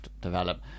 develop